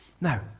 Now